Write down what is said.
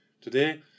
Today